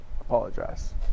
Apologize